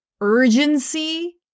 urgency